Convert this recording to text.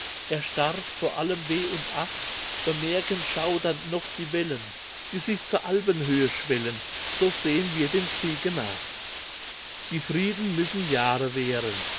erstarre von allem weh und ach bemerken schaudernd noch die wellen die sich zur alpenhöhe schwellen so sehen wir dem kriege nach die frieden müssen jahre wären